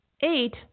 eight